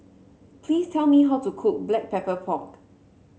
please tell me how to cook Black Pepper Pork